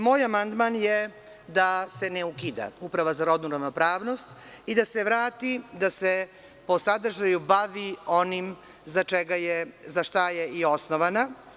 Moj amandman je da se ne ukida Uprava za rodnu ravnopravnost i da se vrati da se po sadržaju bavi onim za šta je i osnovana.